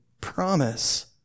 promise